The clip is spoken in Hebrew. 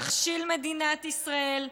יכשיל מדינת ישראל,